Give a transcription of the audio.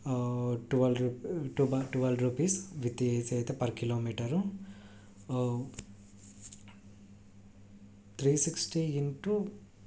twelve rupee twelve twelve rupees with AC అయితే per kilometre three sixty in to